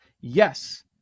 Yes